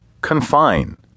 confine